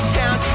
town